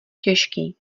těžký